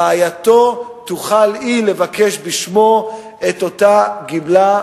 רעייתו תוכל היא לבקש בשמו את אותה גמלה,